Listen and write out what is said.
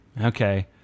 Okay